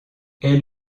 elle